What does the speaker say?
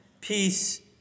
peace